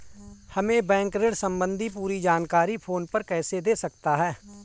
हमें बैंक ऋण संबंधी पूरी जानकारी फोन पर कैसे दे सकता है?